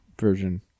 version